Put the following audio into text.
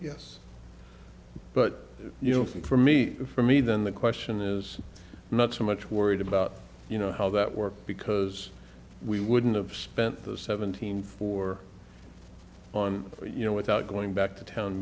yes but you know for me for me then the question is not so much worried about you know how that works because we wouldn't have spent the seven hundred four on you know without going back to town